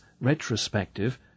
retrospective